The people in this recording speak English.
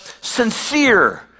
sincere